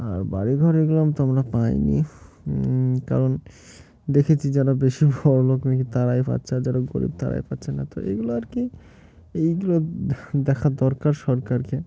আর বাড়ি ঘর এগুলো তো আমরা পাইনি কারণ দেখেছি যারা বেশি বড়ো লোক নাকি তারাই পাচ্ছে আর যারা গরিব তারাই পাচ্ছে না তো এইগুলো আর কি এইগুলো দেখা দরকার সরকারকে